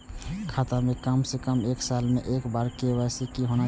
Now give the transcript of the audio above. खाता में काम से कम एक साल में एक बार के.वाई.सी होना चाहि?